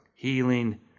healing